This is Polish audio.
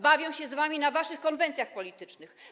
Bawią się z wami na waszych konwencjach politycznych.